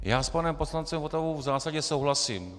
Já s panem poslancem Votavou v zásadě souhlasím.